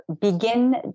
begin